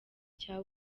cya